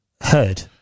heard